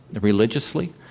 religiously